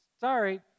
sorry